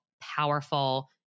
powerful